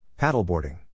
Paddleboarding